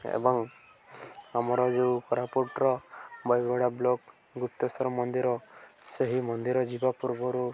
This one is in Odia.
ଏବଂ ଆମର ଯେଉଁ କୋରାପୁଟର ବୟୁଗୁଡ଼ା ବ୍ଲକ୍ ଗୁପ୍ତେଶ୍ୱର ମନ୍ଦିର ସେହି ମନ୍ଦିର ଯିବା ପୂର୍ବରୁ